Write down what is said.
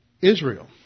Israel